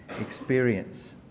experience